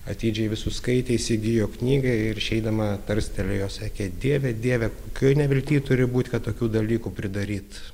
atidžiai visus skaitė įsigijo knygą ir išeidama tarstelėjo sakė dieve dieve kokioj neviltyj turi būti kad tokių dalykų pridaryt